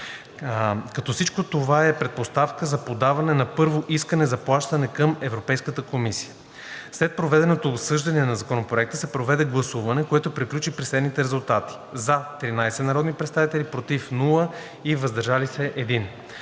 като всичко това е предпоставка за подаване на първо искане за плащане към Европейската комисия. След проведеното обсъждане на Законопроекта се проведе гласуване, което приключи при следните резултати: 13 гласа „за“, без „против“ и 1 глас „въздържал се“.